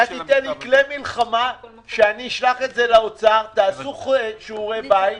לי כלי מלחמה שאשלח לאוצר, תעשו שיעורי בית,